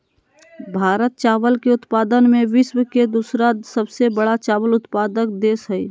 भारत चावल के उत्पादन में विश्व के दूसरा सबसे बड़ा चावल उत्पादक देश हइ